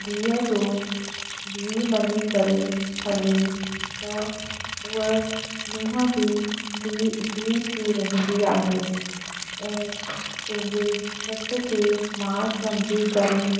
धीअ जो धीउ मञी करे हले त उहा नुंहं बि धीउ धीउ थी रहंदी आहे ऐं पंहिंजे सस खे माउ सम्झी करे